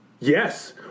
Yes